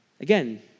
Again